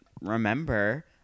remember